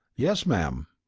yes, ma'am.